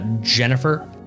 Jennifer